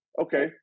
okay